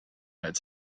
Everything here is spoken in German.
als